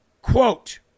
Quote